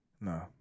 No